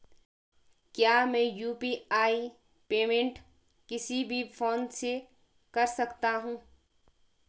क्या मैं UPI payment किसी भी फोन से कर सकता हूँ?